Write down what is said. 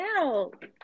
out